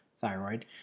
thyroid